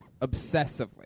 Obsessively